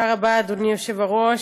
תודה רבה, אדוני היושב-ראש,